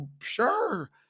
Sure